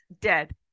dead